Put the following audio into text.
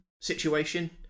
situation